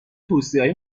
توصیههای